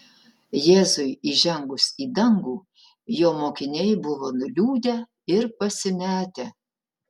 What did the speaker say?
jėzui įžengus į dangų jo mokiniai buvo nuliūdę ir pasimetę